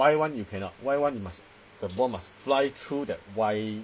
but the Y [one] you cannot Y [one] you must the ball must fly through that Y